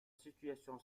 situation